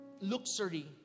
luxury